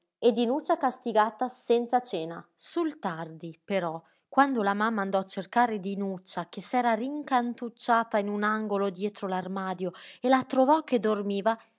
e dinuccia castigata senza cena sul tardi però quando la mamma andò a cercare dinuccia che s'era rincantucciata in un angolo dietro l'armadio e la trovò che dormiva